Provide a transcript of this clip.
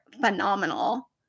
phenomenal